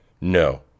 No